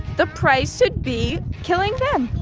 the price should be killing them.